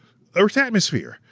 earth's atmosphere?